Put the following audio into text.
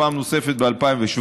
פעם נוספת ב-2017.